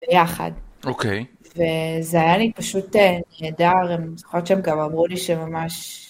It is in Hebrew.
ביחד, ok וזה היה לי פשוט נהדר, הם אני זוכרת שהם גם אמרו לי שממש